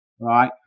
right